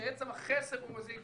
שעצם החסר הוא מזיק,